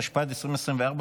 התשפ"ד 2024,